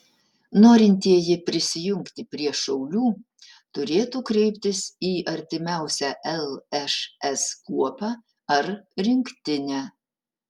norintieji prisijungti prie šaulių turėtų kreiptis į artimiausią lšs kuopą ar rinktinę